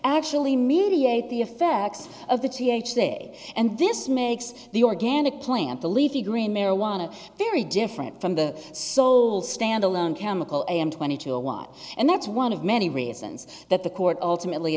actually mediate the effects of the th day and this makes the organic plant the leafy green marijuana very different from the sole standalone chemical and twenty two a watt and that's one of many reasons that the court ultimately